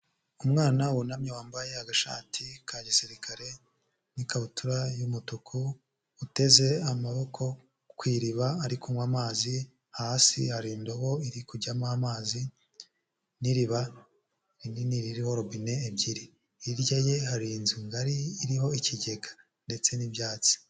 Umwana wunamye wambaye agashati ka gisirikare n'ikabutura y'umutuku, uteze amaboko ku iriba ari kunywa amazi, hasi hari indobo iri kujyamo amazi n'iriba rinini ririho robine ebyiri. Hirya ye hari inzu ngari iriho ikigega ndetse n'ibyatsi.